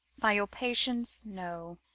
by your patience, no.